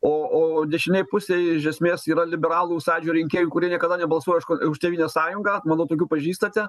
o o dešinėj pusėj iš esmės yra liberalų sąjūdžio rinkėjų kurie niekada nebalsuoja už kol tėvynės sąjungą manau tokių pažįstate